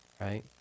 right